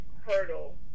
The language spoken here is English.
hurdle